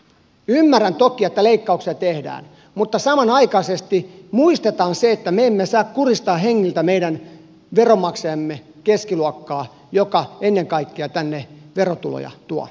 ymmärrän toki että leikkauksia tehdään mutta samanaikaisesti muistetaan se että me emme saa kuristaa hengiltä meidän veronmaksajiemme keskiluokkaa joka ennen kaikkea tänne verotuloja tuo